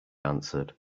answered